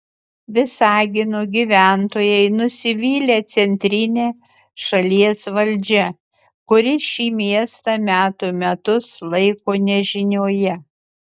visagino gyventojai nusivylę centrine šalies valdžia kuri šį miestą metų metus laiko nežinioje